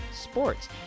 sports